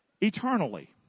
eternally